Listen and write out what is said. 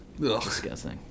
Disgusting